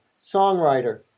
songwriter